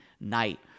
night